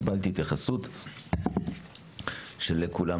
קיבלתי התייחסות של כולם.